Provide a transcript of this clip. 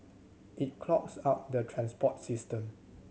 it clogs up the transport system